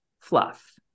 fluff